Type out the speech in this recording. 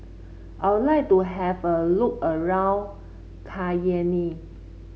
I would like to have a look around Cayenne